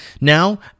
Now